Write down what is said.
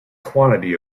quantity